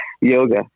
yoga